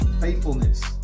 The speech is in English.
faithfulness